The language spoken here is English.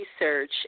research